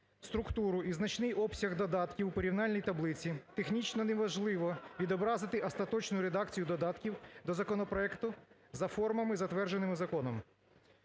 структуру і значний обсяг додатків в порівняльній таблиці технічно неможливо відобразити остаточну редакцію додатків до законопроекту за формами, затвердженими законом.